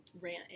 rant